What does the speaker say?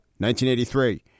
1983